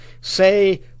say